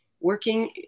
working